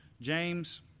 James